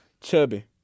Chubby